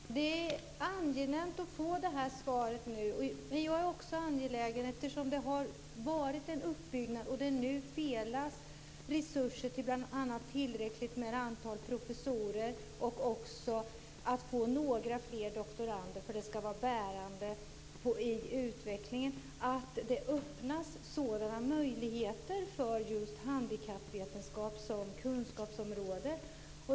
Fru talman! Det är angenämt att få det här svaret nu. Jag är också angelägen om att det - eftersom det har varit en uppbyggnad och det nu felas resurser bl.a. till tillräckligt med professorer och till några fler doktorander; det ska ju vara bärande i utvecklingen - öppnas sådana möjligheter för just handikappvetenskap som kunskapsområde.